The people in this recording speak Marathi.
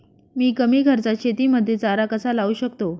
मी कमी खर्चात शेतीमध्ये चारा कसा लावू शकतो?